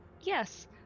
yes